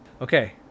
Okay